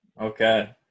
Okay